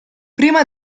prima